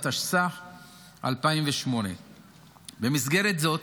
התשס"ח 2008. במסגרת זאת